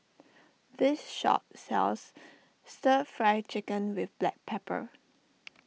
this shop sells Stir Fry Chicken with Black Pepper